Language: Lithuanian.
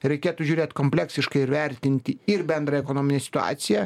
reikėtų žiūrėt kompleksiškai ir vertinti ir bendrą ekonominę situaciją